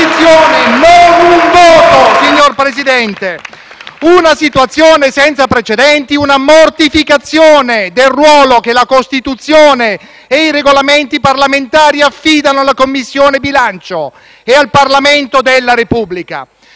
Non un voto, signor Presidente. Una situazione senza precedenti, una mortificazione del ruolo che la Costituzione e i Regolamenti parlamentari affidano alla Commissione bilancio e al Parlamento della Repubblica.